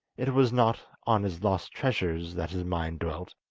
it was not on his lost treasures that his mind dwelt,